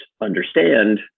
understand